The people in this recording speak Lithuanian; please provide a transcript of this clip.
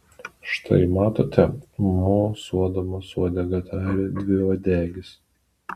štai matote mosuodamas uodega tarė dviuodegis